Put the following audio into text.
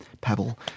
pebble